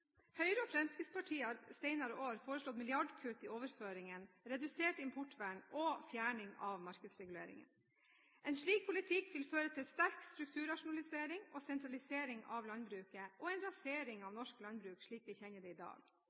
Høyre og Fremskrittspartiet har de senere år foreslått milliardkutt i overføringene, redusert importvern og fjerning av markedsreguleringen. En slik politikk vil føre til sterk strukturrasjonalisering og sentralisering av landbruket, og en rasering av norsk landbruk slik vi kjenner det i dag.